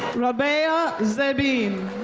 rabeya zebin.